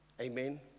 amen